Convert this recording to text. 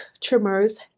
trimmers